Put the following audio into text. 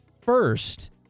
first